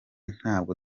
ntabwo